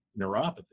neuropathy